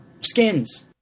skins